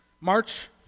March